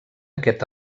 aquest